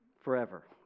Forever